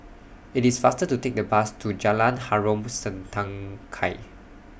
IT IS faster to Take The Bus to Jalan Harom Setangkai